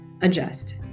adjust